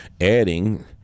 adding